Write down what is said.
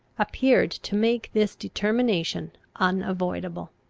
appeared to make this determination unavoidable.